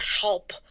help